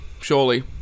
Surely